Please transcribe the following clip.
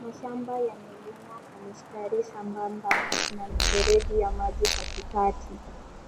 Mashamba yamelimwa kwa mistari sambamba na kuna mifereji ya maji katikati